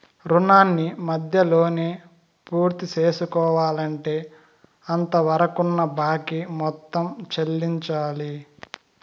రుణాన్ని మధ్యలోనే పూర్తిసేసుకోవాలంటే అంతవరకున్న బాకీ మొత్తం చెల్లించాలి